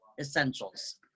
essentials